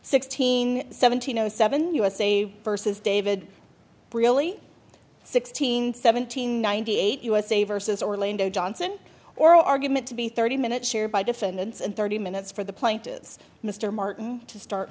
sixteen seventeen zero seven usa vs david really sixteen seventeen ninety eight usa versus orlando johnson or argument to be thirty minutes shared by defendants and thirty minutes for the plaintiffs mr martin to start